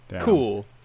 Cool